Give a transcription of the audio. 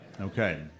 Okay